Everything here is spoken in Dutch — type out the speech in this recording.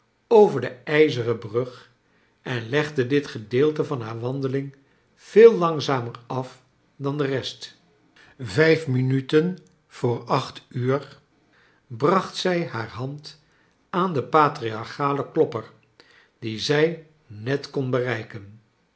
over de ijzeren brug en legde dit gedeelte van haar wandeling veel langzamer af dan de rest vijf minuten voor acht uur bracht zij liaar hand aan den patriarchalen klopper dien zij net kon bereiken